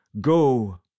go